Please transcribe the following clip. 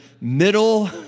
middle